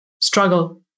struggle